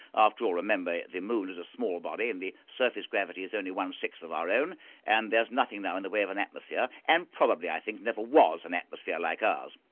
after all, remember the moon is a small body and the surface gravity is only one-sixth of our own and there's nothing now in the way of an atmosphere and probably i think never was an atmosphere like ours.